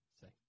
say